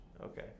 okay